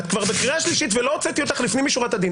את בקריאה שלישית ולא הוצאתי אותך לפנים משורת הדין,